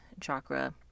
chakra